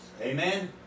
Amen